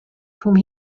whom